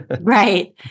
Right